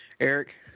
Eric